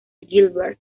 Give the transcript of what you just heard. gilbert